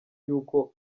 y’uko